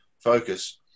focus